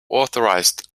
authorised